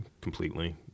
completely